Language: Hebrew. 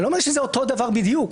אני לא אומר שזה אותו הדבר בדיוק.